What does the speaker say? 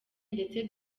ndetse